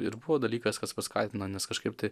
ir buvo dalykas kas paskatino nes kažkaip tai